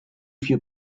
few